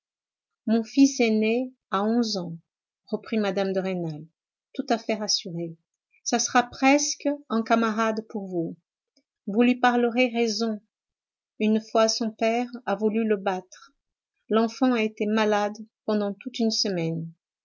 mon fils aîné a onze ans reprit mme de rênal tout à fait rassurée ce sera presque un camarade pour vous vous lui parlerez raison une fois son père a voulu le battre l'enfant a été malade pendant toute une semaine